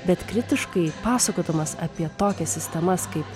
bet kritiškai pasakodamas apie tokias sistemas kaip